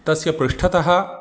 तस्य पृष्ठतः